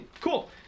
cool